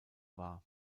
war